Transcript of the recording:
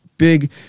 Big